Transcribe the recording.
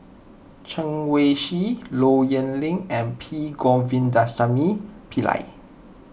Chen Wen Hsi Low Yen Ling and P Govindasamy Pillai